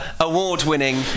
award-winning